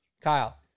Kyle